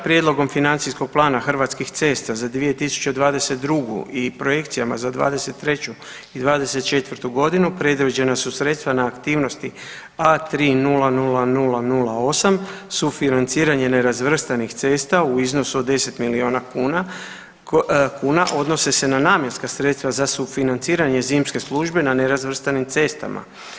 Prijedlogom financijskog plana Hrvatskih cesta za 2022. i projekcijama za 23. i 24. godinu predviđena su sredstva na aktivnosti A300008 sufinanciranje nerazvrstanih cesta u iznosu od 10 milijuna kuna odnose se na namjenska sredstva za sufinanciranje zimske službe na nerazvrstanim cestama.